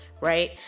right